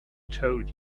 told